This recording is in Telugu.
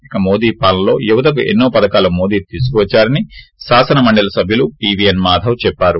ఇక మోది పాలనలో యువతకు ఎన్నో పధకాలు మోది తీసుకువచ్చారని శాసనమండలి సభ్యులు పీ వీ ఎన్ మాధవ్ చెప్పారు